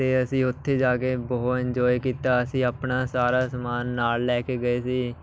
ਅਤੇ ਅਸੀਂ ਉੱਥੇ ਜਾ ਕੇ ਬਹੁਤ ਇੰਜੋਏ ਕੀਤਾ ਅਸੀਂ ਆਪਣਾ ਸਾਰਾ ਸਮਾਨ ਨਾਲ ਲੈ ਕੇ ਗਏ ਸੀ